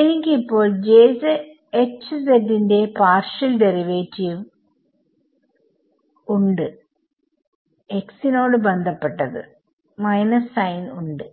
എനിക്ക് ഇപ്പോൾ ന്റെ പാർഷിയൽ ഡെറിവാറ്റീവ് ഉണ്ട്x നോട് ബന്ധപ്പെട്ടത് മൈനസ് സൈൻ ഉണ്ട്